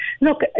look